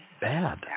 bad